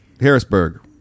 Harrisburg